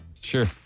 Sure